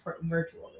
virtually